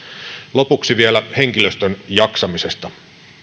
lopuksi vielä henkilöstön jaksamisesta